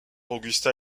augusta